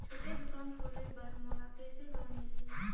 छोटे दुकान खोले बर मोला कइसे लोन मिलही?